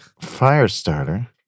Firestarter